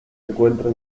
encuentra